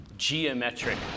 geometric